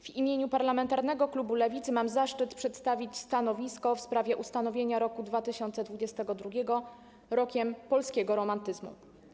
W imieniu parlamentarnego klubu Lewicy mam zaszczyt przedstawić stanowisko w sprawie ustanowienia roku 2022 Rokiem Polskiego Romantyzmu.